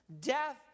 death